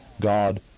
God